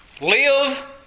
Live